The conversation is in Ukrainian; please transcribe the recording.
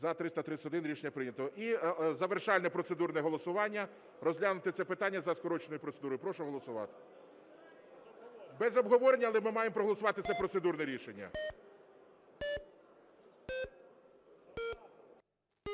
За-331 Рішення прийнято. І завершальне процедурне голосування. Розглянути це питання за скороченою процедурою. Прошу голосувати. Без обговорення, але ми маємо проголосувати це процедурне рішення.